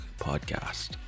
Podcast